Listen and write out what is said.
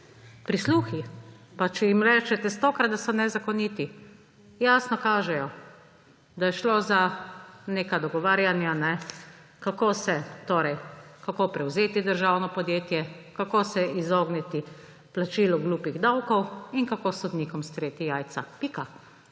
Prisluhi, pa če jim rečete stokrat, da so nezakoniti, jasno kažejo, da je šlo za neka dogovarjanja, kako prevzeti državno podjetje, kako se izogniti plačilu »glupih davkov« in kako sodnikom »streti jajca«. Pika.